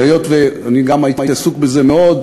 היות שגם אני הייתי עסוק בזה מאוד,